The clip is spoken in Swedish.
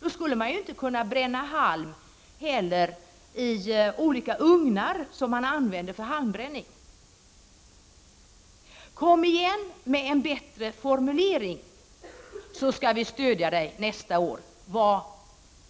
Då skulle man inte heller kunna bränna halm i olika ugnar som man använder för halmbränning. Kom igen med en bättre formulering, så skall vi stödja dig nästa år — det var